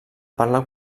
parla